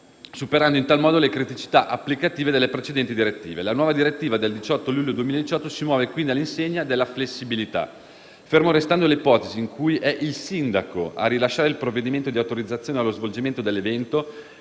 superando in tal modo le criticità applicative delle precedenti direttive. La nuova direttiva del 18 luglio 2018 si muove, quindi, all'insegna della flessibilità. Fermo restando le ipotesi in cui è il sindaco a rilasciare il provvedimento di autorizzazione allo svolgimento dell'evento,